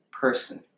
person